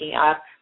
up